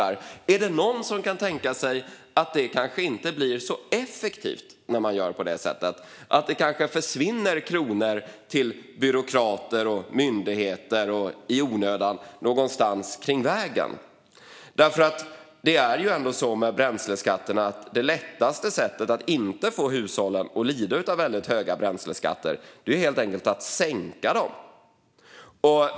Är det någon som kan tänka sig att det kanske inte blir så effektivt när man gör på det sättet, att det kanske försvinner kronor i onödan till byråkrater och myndigheter någonstans på vägen? Det är ju ändå så att det lättaste sättet att få hushållen att inte lida av väldigt höga bränsleskatter är att helt enkelt sänka dem.